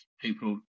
people